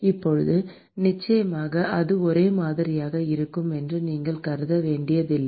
இப்போது நிச்சயமாக அது ஒரே மாதிரியாக இருக்கும் என்று நீங்கள் கருத வேண்டியதில்லை